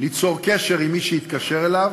ליצור קשר עם מי שהתקשר אליו,